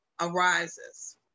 arises